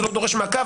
זה לא דורש מעקב,